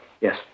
Yes